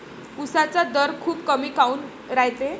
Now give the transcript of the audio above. उसाचा दर खूप कमी काऊन रायते?